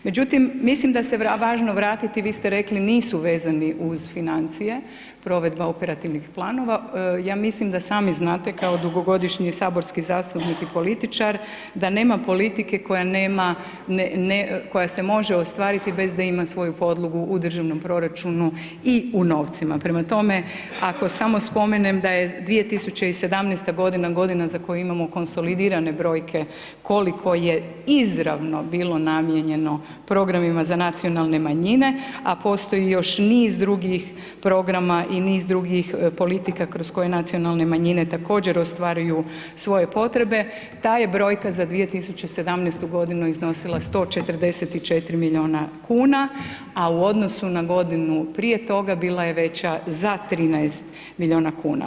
Međutim, mislim da se važno vratiti, vi ste rekli nisu vezani uz financije, provedba operativnih planova, ja mislim da sami znate kao dugogodišnji saborski zastupnik i političar, da nema politike koja nema ne, koja se može ostvariti bez da ima svoju podlogu u državnom proračunu i u novcima, prema tome ako samo spomenem da je 2017. godina, godina za koju imamo konsolidirane brojke koliko je izravno bilo namijenjeno programima za nacionalne manjine, a postoji još niz drugih programa i niz drugih politika kroz koje nacionalne manjine također ostvaruju svoje potrebe, ta je brojka za 2017. godinu iznosila 144 milijuna kuna, a u odnosu na godinu prije toga, bila je veća za 13 milijuna kuna.